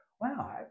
Wow